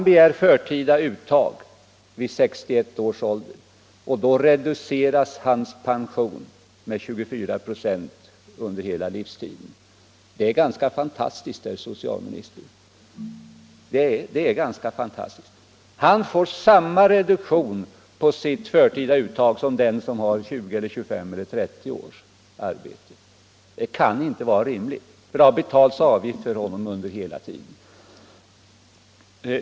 Begär han förtida uttag vid 61 års ålder reduceras hans pension med 24 96 under hela livstiden. Det är ganska fantastiskt, herr socialminister. Han får samma reduktion på sitt förtida uttag som den som har 20-30 års arbete bakom sig. Det kan inte vara rimligt, då ju avgift har betalats för honom under hela tiden.